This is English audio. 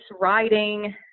writing